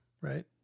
Right